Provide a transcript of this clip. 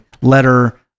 letter